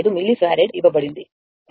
5 millifarad ఇవ్వబడింది